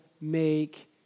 make